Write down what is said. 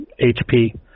HP